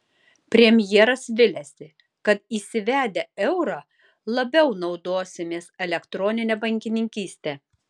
premjeras viliasi kad įsivedę eurą labiau naudosimės elektronine bankininkyste